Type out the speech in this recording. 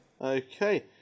Okay